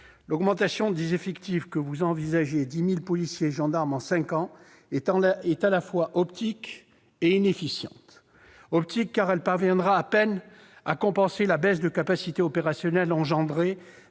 L'augmentation des effectifs que vous envisagez de 10 000 policiers et gendarmes en cinq ans est à la fois optique et inefficiente. Optique, car elle parviendra à peine à compenser la baisse de capacité opérationnelle suscitée